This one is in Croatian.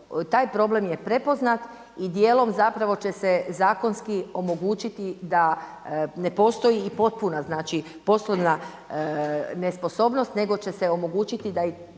Taj problem je prepoznat i dijelom zapravo će se zakonski omogućiti da ne postoji i potpuna znači poslovna nesposobnost nego će se omogućiti da i